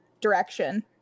direction